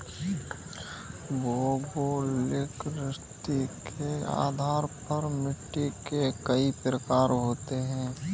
भौगोलिक स्थिति के आधार पर मिट्टी के कई प्रकार होते हैं